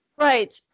Right